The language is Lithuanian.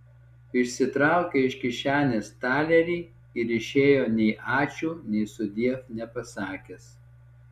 išsitraukė iš kišenės talerį ir išėjo nei ačiū nei sudiev nepasakęs